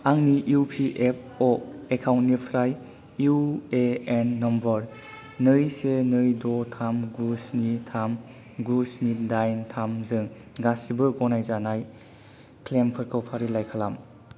आंनि इउपिएफअ' एकाउन्टनिफ्राय इउएएन नम्बर नै से नै द' थाम गु स्नि थाम गु स्नि दाइन थाम जों गासिबो गनायजानाय क्लेइमफोरखौ फारिलाइ खालाम